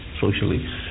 socially